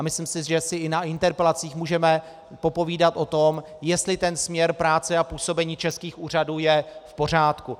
Myslím si, že si i na interpelacích můžeme popovídat o tom, jestli směr práce a působení českých úřadů je v pořádku.